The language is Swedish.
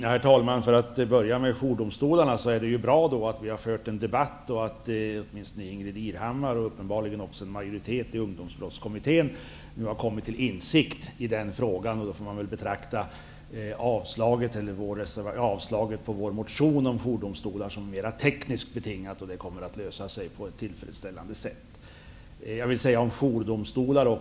Herr talman! Först har vi frågan om jourdomstolar. Det är bra att vi har fört en debatt. Åtminstone Ingbritt Irhammar, och uppenbarligen en majoritet i Ungdomsbrottskommittén, har kommit till insikt i frågan. Då får man väl betrakta avstyrkandet av vår motion om jourdomstolar som mera tekniskt betingat och anse att problemet kommer att lösas på ett tillfredsställande sätt.